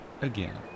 Again